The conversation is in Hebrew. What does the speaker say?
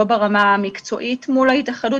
לא ברמה המקצועית מול ההתאחדות.